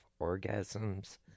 orgasms